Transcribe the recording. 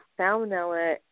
salmonella